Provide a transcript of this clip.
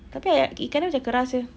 tapi I ah ikan dia macam keras jer